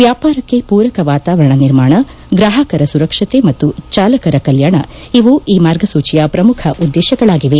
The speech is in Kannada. ವ್ಯಾಪಾರಕ್ಕೆ ಪೂರಕ ವಾತಾವರಣ ನಿರ್ಮಾಣ ಗ್ರಾಹಕರ ಸುರಕ್ಷತೆ ಮತ್ತು ಚಾಲಕರ ಕಲ್ಲಾಣ ಇವು ಈ ಮಾರ್ಗಸೂಚಿಯ ಪ್ರಮುಖ ಉದ್ದೇಶಗಳಾಗಿವೆ